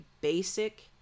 basic